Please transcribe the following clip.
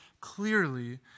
clearly